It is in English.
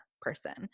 person